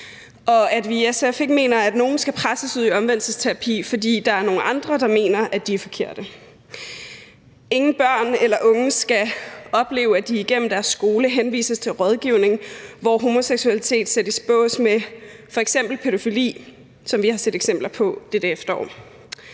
og at vi i SF ikke mener, at nogen skal presses ud i omvendelsesterapi, fordi der er nogle andre, der mener, at de er forkerte. Ingen børn eller unge skal opleve, at de igennem deres skolegang henvises til rådgivning, hvor homoseksualitet sættes i bås med f.eks. pædofili, hvilket vi har set eksempler på dette efterår.